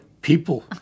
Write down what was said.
People